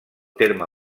terme